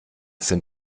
sind